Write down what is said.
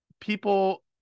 people